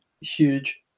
Huge